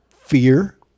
fear